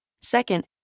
Second